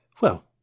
Well